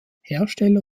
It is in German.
hersteller